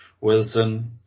Wilson